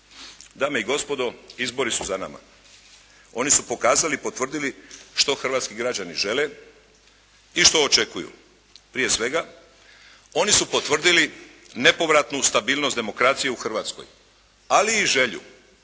Dame i gospodo, izbori su za nama. Oni su pokazali i potvrdili što hrvatski građani žele i što očekuju. Prije svega, oni su potvrdili nepovratnu stabilnost demokracije u Hrvatskoj ali i želju